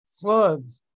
floods